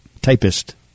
typist